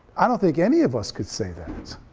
i don't think any of us could say that.